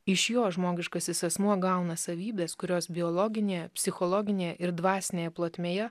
iš jo žmogiškasis asmuo gauna savybės kurios biologinėje psichologinėje ir dvasinėje plotmėje